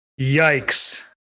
Yikes